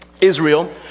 Israel